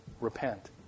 repent